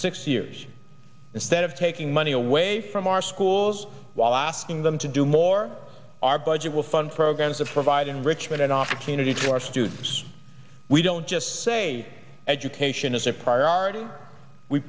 six years instead of taking money away from our schools while asking them to do more our budget will fund programs that provide enrichment and opportunity to our students we don't just say education is a prior